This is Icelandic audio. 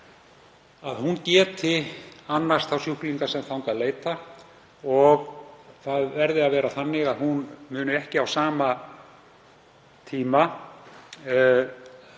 geti annast þá sjúklinga sem þangað leita og það verði að vera þannig að hún muni ekki á sama tíma